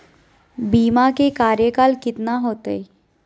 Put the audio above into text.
बीमा के कार्यकाल कितना होते?